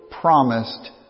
Promised